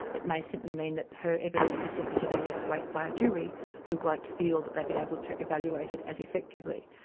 it may simply mean that her evidence is simply given less weight by a jury who won't feel that they've been able to evaluate it as effectively.